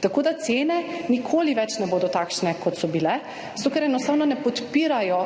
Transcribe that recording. Tako, da cene nikoli več ne bodo takšne, kot so bile, zato ker enostavno ne podpirajo